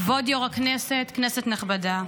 כבוד יו"ר הכנסת, כנסת נכבדה,